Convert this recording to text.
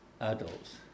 adults